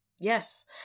Yes